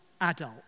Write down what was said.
adult